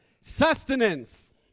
Sustenance